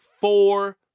four